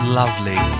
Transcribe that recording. lovely